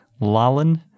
Lalin